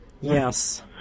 Yes